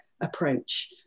approach